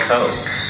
Coke